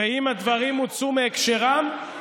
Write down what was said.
אם הדברים הוצאו מהקשרם,